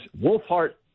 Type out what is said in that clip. Wolfhart